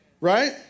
Right